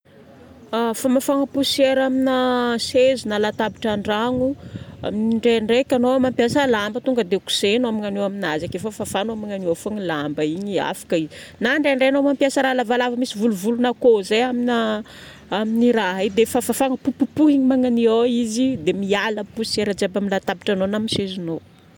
Famafagna poussière amina sezy na latabatra andragno: ndraindraika anao mampiasa lamba tonga dia kosehigna magnany aminazy ake fa fafagnao magnany eo fogna lamba igny, afaka igny. Na ndraindray anao mampiasa raha lavalava misy volon'akoho zay amina amin'i raha igny dia fafafagna popopohigna magnany eo izy dia miala poussière jiaby amin'ny latabatranao na amin'ny sezinao.